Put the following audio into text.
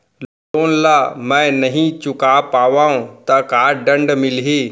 Loan ला मैं नही चुका पाहव त का दण्ड मिलही?